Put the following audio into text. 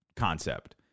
Concept